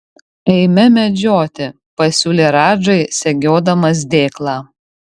eime medžioti pasiūlė radžai segiodamas dėklą